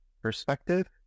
perspective